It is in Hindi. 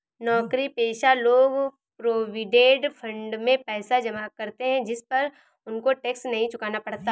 नौकरीपेशा लोग प्रोविडेंड फंड में पैसा जमा करते है जिस पर उनको टैक्स नहीं चुकाना पड़ता